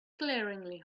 glaringly